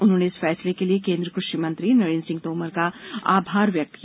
उन्होंने इस फैसले के लिए केन्द्रीय कृषि मंत्री नरेन्द्र सिंह तोमर का आभार व्यक्त किया